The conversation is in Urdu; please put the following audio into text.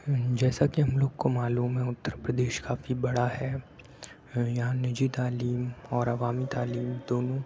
جیسا کہ ہم لوگ کو معلوم ہے اتّر پردیش کافی بڑا ہے یہاں نجی تعلیم اور عوامی تعلیم دونوں